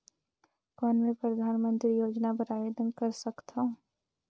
कौन मैं परधानमंतरी योजना बर आवेदन कर सकथव?